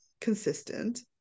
consistent